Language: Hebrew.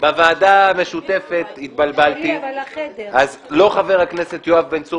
בוועדה המשותפת התבלבלתי אז לא חבר הכנסת יואב צור